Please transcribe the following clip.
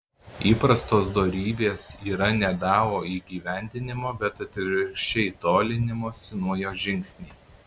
įprastos dorybės yra ne dao įgyvendinimo bet atvirkščiai tolinimosi nuo jo žingsniai